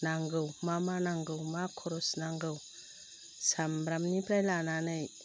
नांगौ मा मा नांगौ मा खरस नांगौ सामब्रामनिफ्राय लानानै